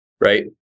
right